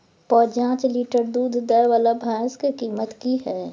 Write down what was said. प जॉंच लीटर दूध दैय वाला भैंस के कीमत की हय?